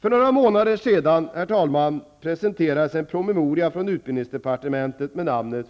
För några månader sedan presenterades en promemoria från utbildningsdepartementet,